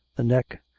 the neck,